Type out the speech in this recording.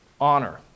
honor